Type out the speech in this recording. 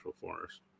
forest